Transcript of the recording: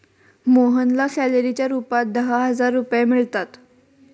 मोहनला सॅलरीच्या रूपात दहा हजार रुपये मिळतात